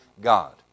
God